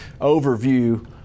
overview